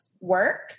work